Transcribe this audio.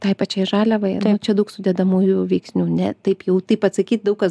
tai pačiai žaliavai čia daug sudedamųjų veiksnių ne taip jau taip atsakyt daug kas